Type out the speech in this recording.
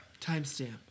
Timestamp